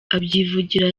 abyivugira